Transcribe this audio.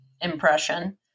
impression